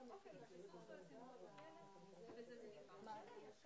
בהמשך לישיבת הוועדה שהייתה,